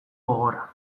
gogora